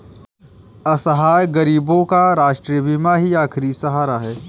असहाय गरीबों का राष्ट्रीय बीमा ही आखिरी सहारा है